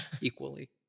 equally